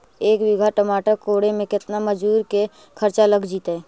एक बिघा टमाटर कोड़े मे केतना मजुर के खर्चा लग जितै?